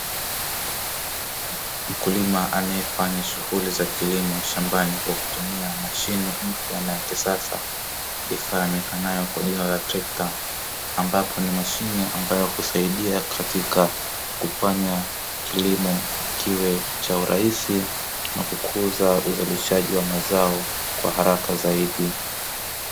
Mkulima anaefanya shughuli za kilimo shambani kwa kutumia mashine mpya na ya kisasa ifahamikanayo kwa jina la trekta, ambapo ni mashine ambayo husaidia katika kufanya kilimo kiwe cha urahisi na kukuza uzalishaji wa mazao kwa haraka zaidi.